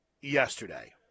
yesterday